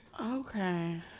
Okay